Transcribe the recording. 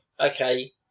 okay